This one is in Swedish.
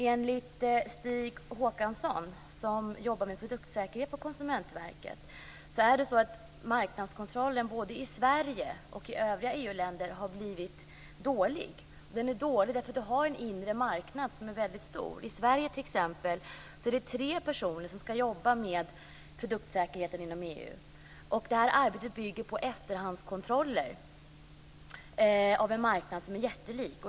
Enligt Stig Håkansson, som jobbar med produktsäkerhet på Konsumentverket, har marknadskontrollen både i Sverige och i övriga EU-länder blivit dålig. Den är dålig därför att den inre marknaden är väldigt stor. I Sverige, t.ex., är det tre personer som skall jobba med produktsäkerheten inom EU. Arbetet bygger på efterhandskontroller av en marknad som är jättelik.